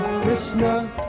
Krishna